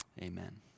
Amen